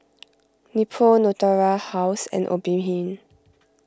Nepro Natura House and Obimin